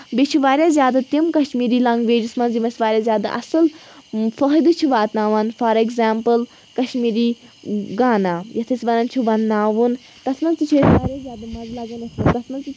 بیٚیہِ چھِ واریاہ زیادٕ تِم کَشمیٖری لنٛگویجَس منٛز یِم اَسہِ واریاہ زیادٕ اَصٕل فٲیدٕ چھِ واتناوان فار ایٚگزامپٕل کَشمیٖری گانا یَتھ أسۍ وَنان چھِ وَنناوُن تَتھ منٛز تہِ چھِ أسۍ واریاہ زیادٕ تَتھ منٛز تہِ چھُ